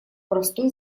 простой